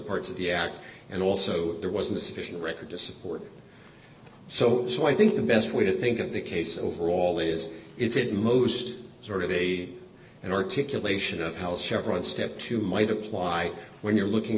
parts of the act and also there wasn't a sufficient record to support so so i think the best way to think of the case overall is is it most sort of a an articulation of how chevron's step two might apply when you're looking